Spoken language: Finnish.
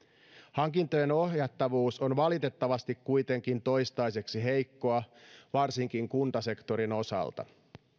hankintojen ohjattavuus on valitettavasti kuitenkin toistaiseksi heikkoa varsinkin kuntasektorin osalta